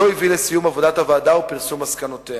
הביא לסיום עבודת הוועדה ופרסום מסקנותיה.